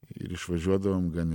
ir išvažiuodavom gan